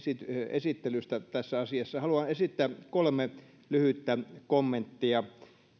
esittelystä tässä asiassa haluan esittää kolme lyhyttä kommenttia